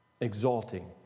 Exalting